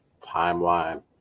Timeline